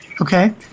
Okay